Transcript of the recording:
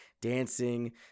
dancing